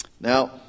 Now